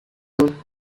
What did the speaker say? june